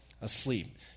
asleep